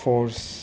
force